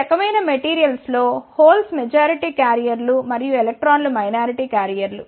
ఈ రకమైన మెటీరియల్స్ లో హోల్స్ మెజారిటీ క్యారియర్లు మరియు ఎలక్ట్రాన్లు మైనారిటీ క్యారియర్లు